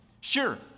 Sure